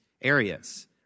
areas